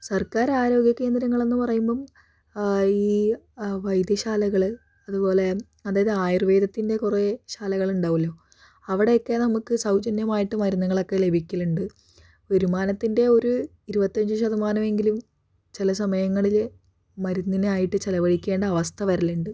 സർക്കാർ ആരോഗ്യ കേന്ദ്രങ്ങളെന്ന് പറയുമ്പോൾ ആ ഈ വൈദ്യശാലകള് അതുപോലെ അതായത് ആയുർവേദത്തിൻ്റെ കുറേ ശാലകളുണ്ടാകുമല്ലോ അവിടെയൊക്കെ നമുക്ക് സൗജന്യമായിട്ട് മരുന്നുകളൊക്കെ ലഭിക്കലുണ്ട് വരുമാനത്തിൻ്റെ ഒരു ഇരുപത്തഞ്ച് ശതമാനമെങ്കിലും ചില സമയങ്ങളില് മരുന്നിനായിട്ട് ചിലവഴിക്കേണ്ട അവസ്ഥ വരലുണ്ട്